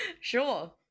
Sure